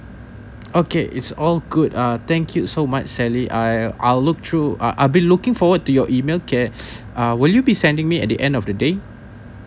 okay it's all good uh thank you so much sally I I'll look through uh I've been looking forward to your email okay uh will you be sending me at the end of the day